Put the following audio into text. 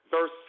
Verse